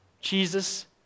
Jesus